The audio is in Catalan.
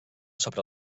sobre